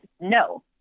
No